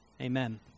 Amen